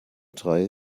drei